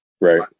Right